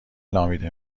نامیده